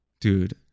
Dude